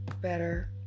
better